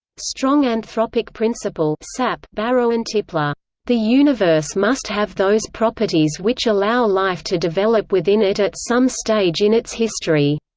strong anthropic principle barrow and tipler the universe must have those properties which allow life to develop within it at some stage in its history.